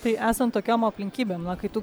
tai esant tokiom aplinkybėm na kai tu